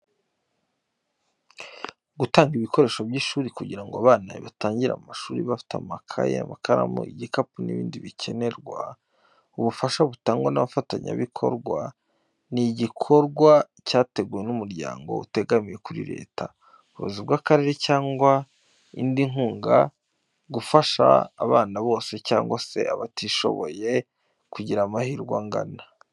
Gutanga ibikoresho by'ishuri kugira ngo abana batangire amashuri bafite amakayi, amakaramu, igikapu n’ibindi bikenerwa. Ubufasha butangwa n’abafatanyabikorwa n'igikorwa cyateguwe n'umuryango utegamiye kuri leta, ubuyobozi bw’akarere cyangwa indi nkunga. Gufasha abana bose, cyane cyane abatishoboboye kugira amahirwe angana.